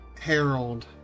Harold